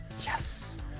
Yes